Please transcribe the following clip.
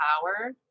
power